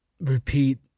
repeat